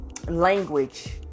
language